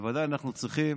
בוודאי אנחנו צריכים